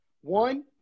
one